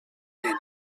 nens